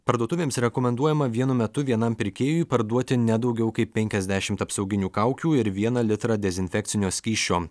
parduotuvėms rekomenduojama vienu metu vienam pirkėjui parduoti ne daugiau kaip penkiasdešimt apsauginių kaukių ir vieną litrą dezinfekcinio skysčio